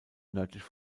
nördlich